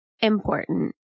important